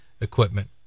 equipment